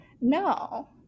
No